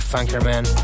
Funkerman